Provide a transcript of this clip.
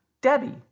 Debbie